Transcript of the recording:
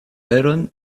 veron